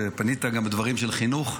פנית גם בדברים של חינוך.